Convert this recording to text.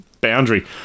boundary